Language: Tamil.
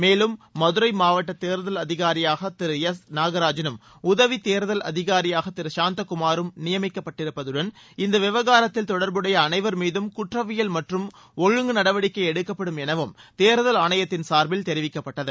மேலும் மதுரை மாவட்ட தேர்தல் அதிகாரியாக திரு எஸ் நாகராஜனும் உதவி தேர்தல் அதிகாரியாக திரு சாந்தகுமாரும் நியமிக்கப்பட்டிருப்பதுடன் இந்த விவகாரத்தில் தொடர்புடைய அனைவர் மீதும் குற்றவியல் மற்றும் ஒழுங்கு நடவடிக்கை எடுக்கப்படும் எனவும் தேர்தல் ஆணையத்தின் சார்பில் தெரிவிக்கப்பட்டது